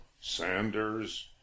sanders